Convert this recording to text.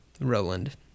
Roland